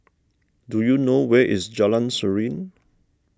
do you know where is Jalan Serene